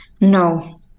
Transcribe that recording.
No